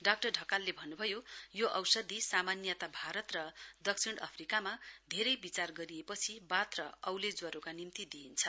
doctor ढकालले भन्नुभयो यो औषधि सामान्यत भारत र दक्षिण अफ्रिकामा धेरै विचार गरिएपछि वाथ र औले ज्वरो का निम्ति दिइन्छ